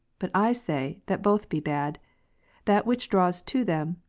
but i say, that both be bad that which draws to them,